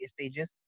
stages